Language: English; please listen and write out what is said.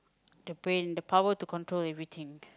the pain the power to control everything